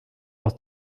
aus